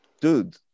dude